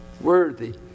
worthy